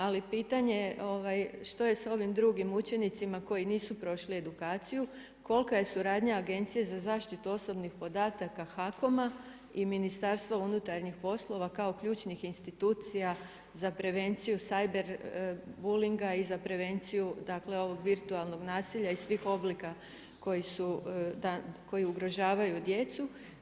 Ali pitanje je što je sa ovim drugim učenicima koji nisu prošli edukaciju, kolika je suradnja Agencije za zaštitu osobnih podataka HAKOM-a i Ministarstva unutarnjih poslova kao ključnih institucija za prevenciju cyber bullyinga i za prevenciju, dakle ovog virtualnog nasilja i svih oblika koji su, koji ugrožavaju djecu.